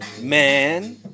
Man